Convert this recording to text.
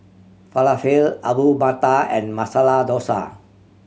Falafel Alu Matar and Masala Dosa